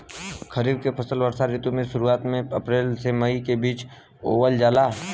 खरीफ के फसल वर्षा ऋतु के शुरुआत में अप्रैल से मई के बीच बोअल जाला